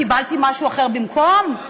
קיבלתי משהו אחר במקום?